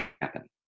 happen